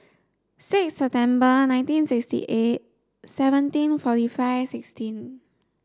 six September nineteen sixty eight seventeen forty five sixteen